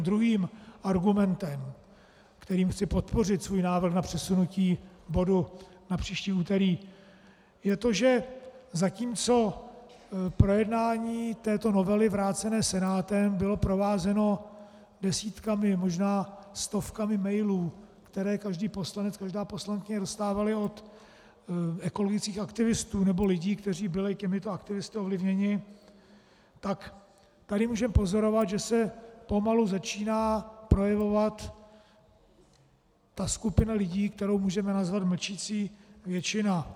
Druhým argumentem, kterým chci podpořit svůj návrh na přesunutí bodu na příští úterý, je to, že zatímco projednání této novely vrácené Senátem bylo provázeno desítkami, možná stovkami mailů, které každý poslanec, každá poslankyně dostávali od ekologických aktivistů nebo lidí, kteří byli těmito aktivisty ovlivněni, tak tady můžeme pozorovat, že se pomalu začíná projevovat ta skupina lidí, kterou můžeme nazvat mlčící většina.